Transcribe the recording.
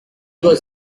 was